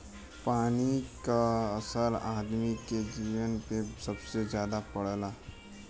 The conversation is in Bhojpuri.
पानी क असर आदमी के जीवन पे सबसे जादा पड़ला